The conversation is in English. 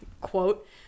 quote